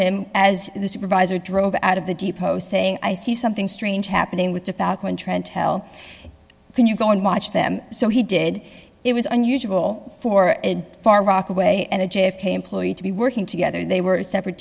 him as the supervisor drove out of the depot saying i see something strange happening with the trend tell can you go and watch them so he did it was unusual for far rockaway and a j f k employee to be working together they were separate